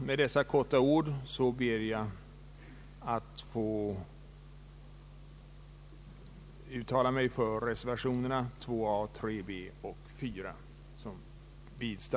Med dessa få ord kommer jag att tillstyrka reservationerna